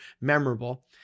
memorable